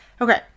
Okay